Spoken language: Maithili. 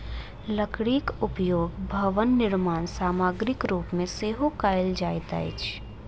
लकड़ीक उपयोग भवन निर्माण सामग्रीक रूप मे सेहो कयल जाइत अछि